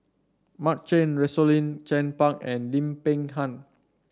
Mark Chan Rosaline Chan Pang and Lim Peng Han